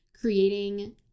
creating